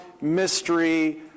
mystery